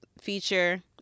feature